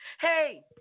Hey